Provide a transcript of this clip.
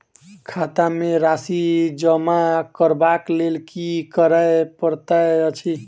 खाता मे राशि जमा करबाक लेल की करै पड़तै अछि?